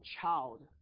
child